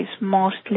mostly